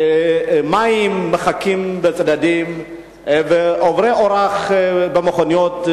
מים מחכים בצדדים ועוברי אורח במכוניות,